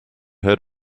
heard